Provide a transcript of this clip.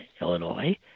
Illinois